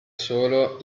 solo